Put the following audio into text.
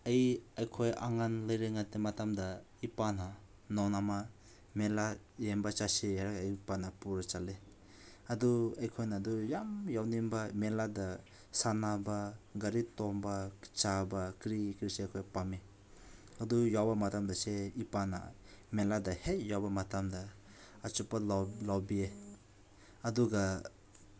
ꯑꯩ ꯑꯩꯈꯣꯏ ꯑꯉꯥꯡ ꯂꯩꯔꯤꯉꯩꯗ ꯃꯇꯝꯗ ꯏꯄꯥꯅ ꯅꯣꯡ ꯑꯃ ꯃꯦꯂꯥ ꯌꯦꯡꯕ ꯆꯠꯁꯤ ꯍꯥꯏꯔꯒ ꯑꯩ ꯏꯄꯥꯅ ꯄꯨꯔꯒ ꯆꯠꯂꯦ ꯑꯗꯨ ꯑꯩꯈꯣꯏꯅ ꯑꯗꯨ ꯌꯥꯝ ꯌꯥꯎꯅꯤꯡꯕ ꯃꯦꯂꯥꯗ ꯁꯥꯟꯅꯕ ꯒꯥꯔꯤ ꯇꯣꯡꯕ ꯆꯥꯕ ꯀꯔꯤ ꯀꯔꯤꯁꯦ ꯑꯩꯈꯣꯏ ꯄꯥꯝꯃꯦ ꯑꯗꯨ ꯌꯥꯎꯕ ꯃꯇꯝꯗꯁꯦ ꯏꯄꯥꯅ ꯃꯦꯂꯥꯗ ꯍꯦꯛ ꯌꯧꯕ ꯃꯇꯝꯗ ꯑꯆꯨꯞꯄ ꯂꯧꯕꯤꯌꯦ ꯑꯗꯨꯒ